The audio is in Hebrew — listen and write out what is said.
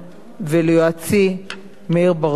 וליועצי מאיר ברדוגו,